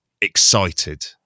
excited